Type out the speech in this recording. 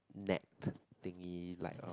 net thingy like